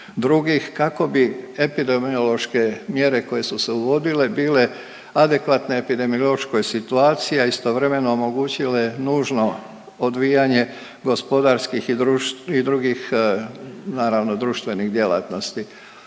kako bi epidemiološke mjere koje su se uvodile bile adekvatne epidemiološkoj situaciji, a istovremeno omogućile nužno odvijanje gospodarskih i drugih, naravno, društvenih djelatnosti.